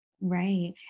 Right